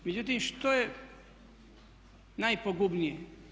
Međutim, što je najpogubnije?